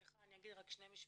אני אגיד שני משפטים,